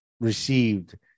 received